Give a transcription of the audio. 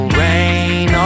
rain